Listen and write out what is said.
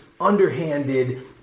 underhanded